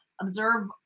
observe